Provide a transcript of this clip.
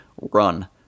run